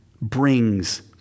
brings